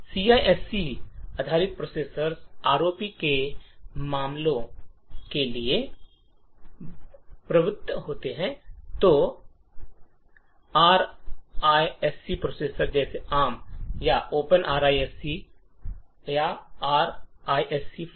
CISC आधारित processor ROP के हमलों के लिए प्रवृत्त होते हैं तो आरआईएससी प्रोसेसर जैसे ARM या OpenRISC या RISC V